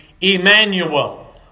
Emmanuel